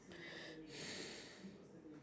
avenge a a what